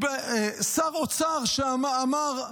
שר האוצר, שאמר: